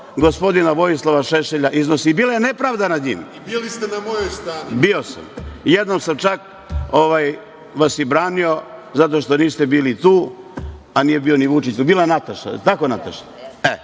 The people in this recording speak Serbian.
gospodina Vojislava Šešelja iznose. Bila je nepravda nad njim.(Vojislav Šešelj: Bili ste na mojoj strani?)Bio sam. Jednom sam, čak, vas i branio, zato što niste bili tu, a nije bio ni Vučić. Bila je Nataša. Jel tako, Nataša?